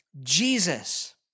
Jesus